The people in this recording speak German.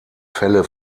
fälle